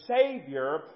Savior